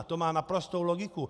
To má naprostou logiku.